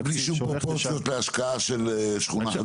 בלי שום פרופורציות להשקעה של שכונה חדשה.